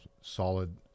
solid